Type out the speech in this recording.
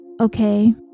okay